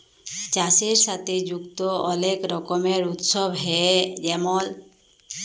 চাষের সাথে যুক্ত অলেক রকমের উৎসব হ্যয়ে যেমল